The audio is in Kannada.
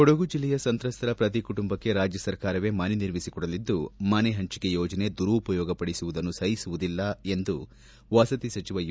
ಕೊಡಗು ಜಿಲ್ಲೆಯ ಸಂತ್ರಸ್ತರ ಪ್ರತಿ ಕುಟುಂಬಕ್ಕೆ ರಾಜ್ಯ ಸರ್ಕಾರವೇ ಮನೆ ನಿರ್ಮಿಸಿ ಕೊಡಲಿದ್ದು ಮನೆ ಪಂಚಿಕೆ ಯೋಜನೆ ದುರುಪಯೋಗಪಡಿಸುವುದನ್ನು ಸಹಿಸುವುದಿಲ್ಲ ಎಂದು ವಸತಿ ಸಚಿವ ಯು